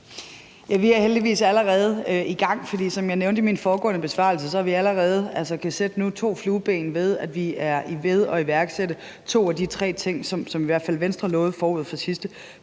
Vi er heldigvis allerede i gang, for som jeg nævnte i min foregående besvarelse, kan vi allerede nu sætte to flueben, i og med at vi er ved at iværksætte to af de tre ting, som i hvert fald Venstre lovede forud for sidste